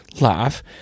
laugh